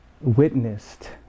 witnessed